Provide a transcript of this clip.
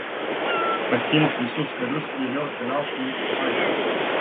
pasiimk visus karius ir vėl keliauk į ają